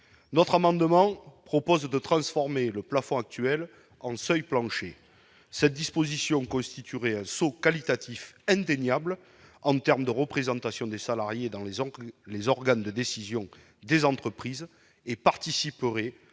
notre amendement propose de transformer le plafond actuel en le seuil plancher cette disposition constitue réel saut qualitatif indéniable en termes de représentation des salariés dans les oncles, les organes de décision des entreprises et participerez